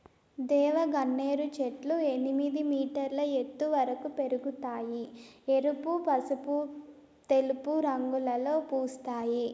దేవగన్నేరు చెట్లు ఎనిమిది మీటర్ల ఎత్తు వరకు పెరగుతాయి, ఎరుపు, తెలుపు, పసుపు రంగులలో పూస్తాయి